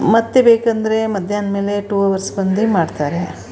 ಮತ್ತು ಬೇಕಂದರೆ ಮಧ್ಯಾಹ್ನ ಮೇಲೆ ಟೂ ಹವರ್ಸ್ ಬಂದು ಮಾಡ್ತಾರೆ